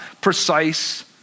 precise